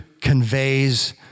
conveys